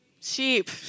sheep